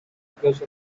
because